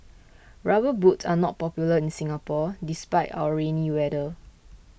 rubber boots are not popular in Singapore despite our rainy weather